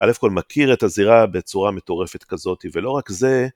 אלף כל מכיר את הזירה בצורה מטורפת כזאת ולא רק זה.